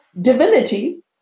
divinity